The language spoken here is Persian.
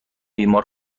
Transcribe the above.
بیمار